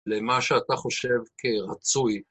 למה שאתה חושב כרצוי.